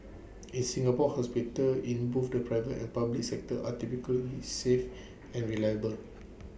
in Singapore hospitals in both the private and public sectors are typically safe and reliable